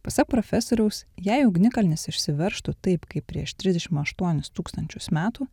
pasak profesoriaus jei ugnikalnis išsiveržtų taip kaip prieš trisdešim aštuonis tūkstančius metų